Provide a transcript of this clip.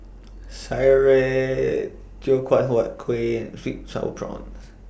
Sireh Teochew Huat Kuih and Sweet Sour Prawns